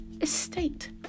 estate